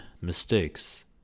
mistakes